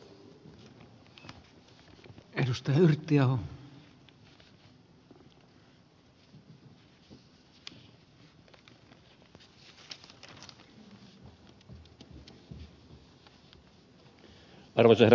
arvoisa herra puhemies